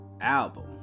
album